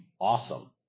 awesome